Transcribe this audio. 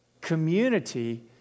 community